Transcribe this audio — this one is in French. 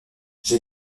j’ai